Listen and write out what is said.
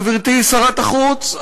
גברתי שרת החוץ,